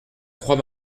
croix